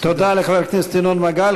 תודה לחבר הכנסת ינון מגל.